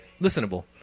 listenable